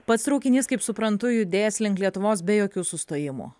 pats traukinys kaip suprantu judės link lietuvos be jokių sustojimų